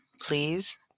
Please